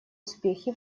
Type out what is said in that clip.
успехи